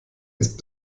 ist